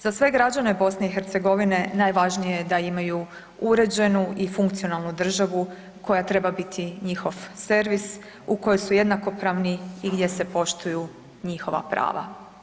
Za sve građane Bosne i Hercegovine najvažnije je da imaju uređenu i funkcionalnu državu koja treba biti njihov servis u kojoj su jednakopravni i gdje se poštuju njihova prava.